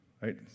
right